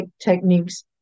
techniques